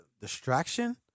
distraction